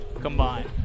combined